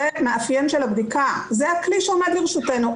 מאפיין הבדיקה וזה הכלי שעומד לרשותנו,